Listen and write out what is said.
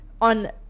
on